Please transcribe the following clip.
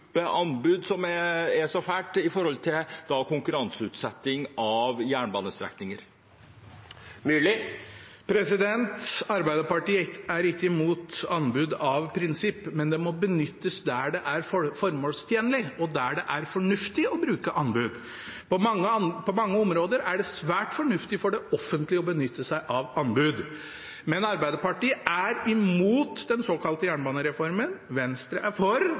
anbud som er så fælt – da med tanke på konkurranseutsetting av jernbanestrekninger? Arbeiderpartiet er ikke imot anbud av prinsipp, men det må benyttes der det er formålstjenlig og fornuftig å bruke anbud. På mange områder er det svært fornuftig for det offentlige å benytte seg av anbud. Men Arbeiderpartiet er imot den såkalte jernbanereformen. Venstre er for,